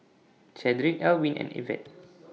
Chadrick Elwyn and Ivette